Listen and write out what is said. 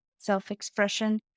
self-expression